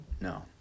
no